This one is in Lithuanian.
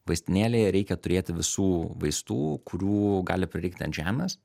vaistinėlėje reikia turėti visų vaistų kurių gali prireikti ant žemės